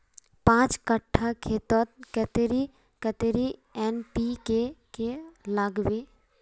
पाँच कट्ठा खेतोत कतेरी कतेरी एन.पी.के के लागबे?